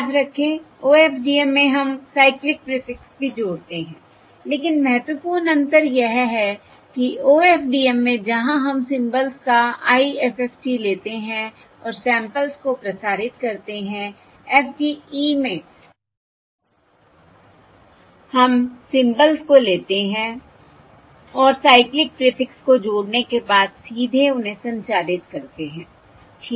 याद रखें OFDM में हम साइक्लिक प्रीफिक्स भी जोड़ते हैं लेकिन महत्वपूर्ण अंतर यह है कि OFDM में जहाँ हम सिंबल्स का IFFT लेते हैं और सैंपल्स को प्रसारित करते हैं FDE में हम सिंबल्स को लेते हैं और साइक्लिक प्रीफिक्स को जोड़ने के बाद सीधे उन्हें संचारित करते हैं ठीक है